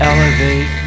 Elevate